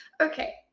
Okay